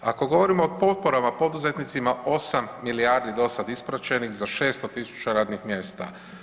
Ako govorimo o potporama poduzetnicima 8 milijardi dosad ispraćenih za 600.000 radnih mjesta.